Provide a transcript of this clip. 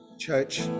Church